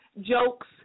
jokes